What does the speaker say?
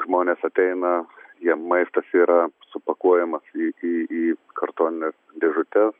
žmonės ateina jiem maistas yra supakuojamas į į į kartonines dėžutes